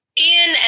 Ian